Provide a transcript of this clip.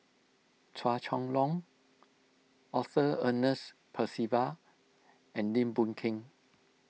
Chua Chong Long Arthur Ernest Percival and Lim Boon Keng